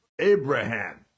Abraham